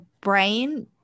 brain